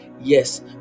Yes